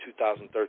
2013